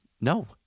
No